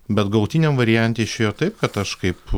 bet galutiniam variante išėjo taip kad aš kaip